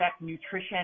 nutrition